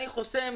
אני חוסם.